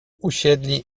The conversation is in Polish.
usiedli